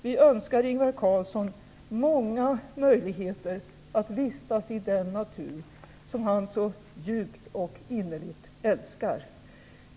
Vi önskar Ingvar Carlsson många möjligheter att vistas i den natur som han så djupt och innerligt älskar.